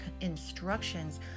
instructions